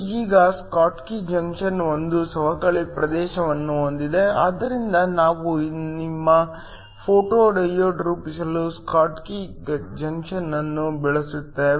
ಈಗ Schottky junction ಒಂದು ಸವಕಳಿ ಪ್ರದೇಶವನ್ನು ಹೊಂದಿದೆ ಆದ್ದರಿಂದ ನಾವು ನಿಮ್ಮ ಫೋಟೋ ಡಯೋಡ್ ರೂಪಿಸಲು ಸ್ಕಾಟ್ಕಿ ಜಂಕ್ಷನ್ ಅನ್ನು ಬಳಸುತ್ತೇವೆ